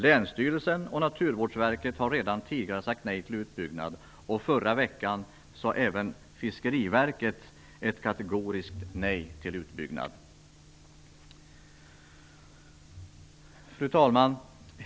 Länsstyrelsen och Naturvårdsverket har redan tidigare sagt nej till utbyggnad, och förra veckan sade även Fiskeriverket ett kategoriskt nej. Fru talman!